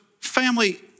family